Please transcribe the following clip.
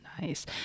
nice